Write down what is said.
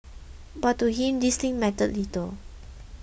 but to him these things mattered little